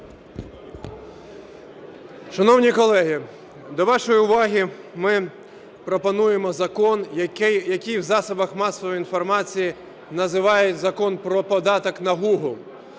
Шановні колеги, до вашої уваги ми пропонуємо закон, який в засобах масової інформації називають "закон про податок на Google".